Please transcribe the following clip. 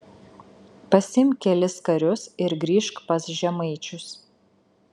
pasiimk kelis karius ir grįžk pas žemaičius